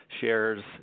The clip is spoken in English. shares